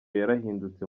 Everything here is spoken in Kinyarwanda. yarahindutse